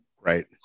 right